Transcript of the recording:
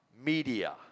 media